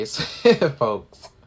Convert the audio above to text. folks